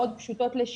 מאוד פשוטות לשימוש,